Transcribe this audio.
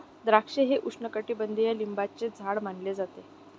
द्राक्षे हे उपोष्णकटिबंधीय लिंबाचे झाड मानले जाते